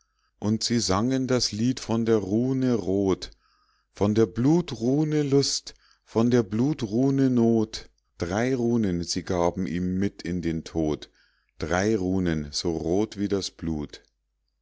und sie sangen das lied von der rune rot von der blutrune lust von der blutrune not drei runen sie gaben ihm mit in den tod drei runen so rot wie das blut